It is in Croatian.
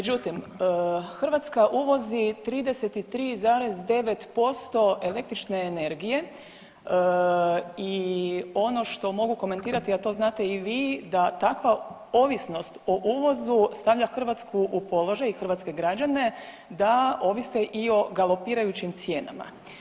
Međutim, Hrvatska uvozi 33,9% električne energije i ono što mogu komentirati, a to znate i vi da takva ovisnost o uvozu stavlja Hrvatsku u položaj i hrvatske građane da ovise i o galopirajućim cijenama.